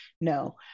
no